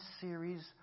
series